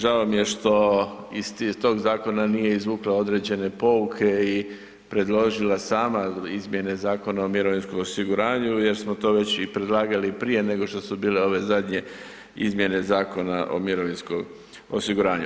Žao mi je što iz tog zakona nije izvukla određene pouke i predložila sama izmjene Zakona o mirovinskom osiguranju jer smo to već i predlagali i prije nego što su bile ove zadnje izmjene Zakona o mirovinskom osiguranju.